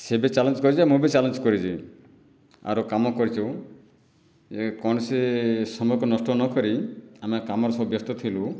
ସିଏ ବି ଚ୍ୟାଲେଞ୍ଜ କରିଛି ଆଉ ମୁଁ ବି ଚ୍ୟାଲେଞ୍ଜ କରିଛି ଆରୁ କାମ କରିଚୁ ଯେ କୌଣସି ସମୟକୁ ନଷ୍ଟ ନକରି ଆମେ କାମରେ ସବୁ ବ୍ୟସ୍ତ ଥିଲୁ